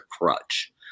crutch